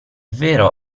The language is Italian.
vero